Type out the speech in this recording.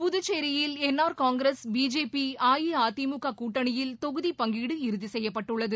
புதச்சேரியில் N R Congress BJP AIADMK கூட்டணியில் தொகுதி பங்கீடு இறுதி செய்யப்பட்டுள்ளது